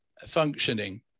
functioning